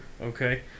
okay